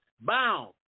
bound